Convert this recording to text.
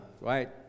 right